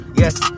yes